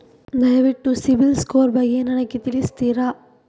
ದಯವಿಟ್ಟು CIBIL score ಬಗ್ಗೆ ನನಗೆ ತಿಳಿಸ್ತಿರಾ?